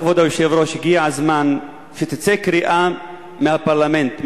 כבוד היושב-ראש: הגיע הזמן שתצא קריאה מהפרלמנט,